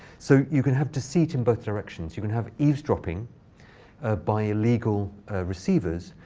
so you can have deceit in both directions. you can have eavesdropping by illegal receivers,